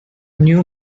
new